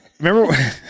remember